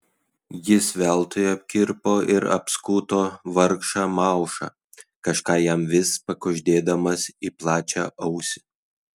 jis veltui apkirpo ir apskuto vargšą maušą kažką jam vis pakuždėdamas į plačią ausį